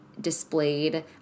displayed